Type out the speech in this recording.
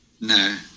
No